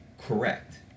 correct